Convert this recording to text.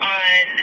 on